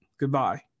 Goodbye